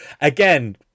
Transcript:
again